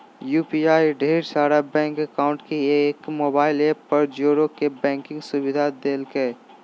UPI ढेर सारा bank account के एक मोबाइल ऐप पर जोड़े के बैंकिंग सुविधा देलकै